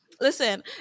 listen